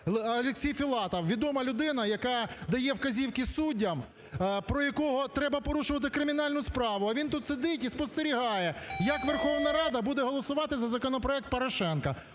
Олексій Філатов – відома людина, яка дає вказівки суддям, про якого треба порушувати кримінальну справу, а він тут сидить і спостерігає, як Верховна Рада буде голосувати за законопроект Порошенка.